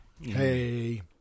Hey